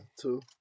Two